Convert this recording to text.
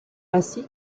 ainsi